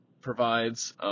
provides